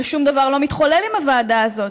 אבל שום דבר לא מתחולל עם הוועדה הזאת.